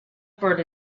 bird